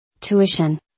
Tuition